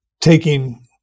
taking